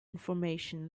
information